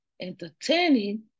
entertaining